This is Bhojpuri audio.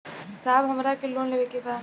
साहब हमरा के लोन लेवे के बा